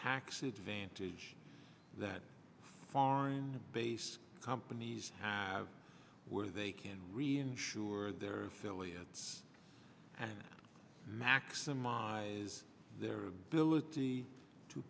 tax advantage that foreign based companies have where they can really insure their affiliates and maximize their ability to